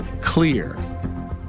clear